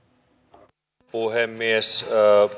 arvoisa puhemies